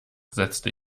setzte